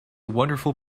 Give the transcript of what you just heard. wonderful